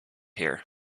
here